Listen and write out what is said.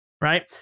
Right